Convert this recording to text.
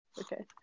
okay